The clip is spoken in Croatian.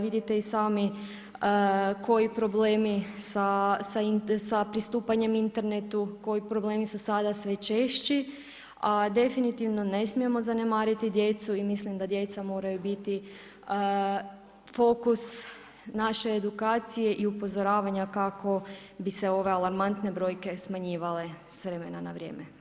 Vidite i sami koji problemi sa pristupanjem internetu, koji su problemi su sada sve češći a definitivno ne smijemo zanemariti djecu i mislim da djeca moraju biti fokus naše edukacije i upozoravanja kako bi se ove alarmantne brojke smanjivale s vremena na vrijeme.